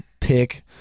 pick